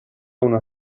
una